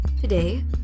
Today